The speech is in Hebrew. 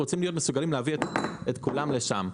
רוצים להיות מסוגלים להביא את כולם לשם.